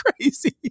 crazy